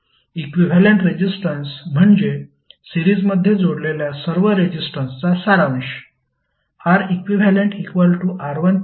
equivalent resistance म्हणजे सिरीजमध्ये जोडलेल्या सर्व रेजिस्टन्सचा सारांश